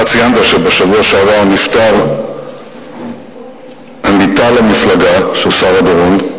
אתה ציינת שבשבוע שעבר נפטר עמיתה למפלגה של שרה דורון,